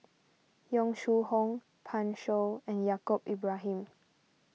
Yong Shu Hoong Pan Shou and Yaacob Ibrahim